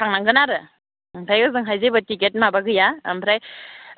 थांनांगोन आरो ओमफ्राय ओजोंहाय जेबो टिकेट माबा गैया ओमफ्राय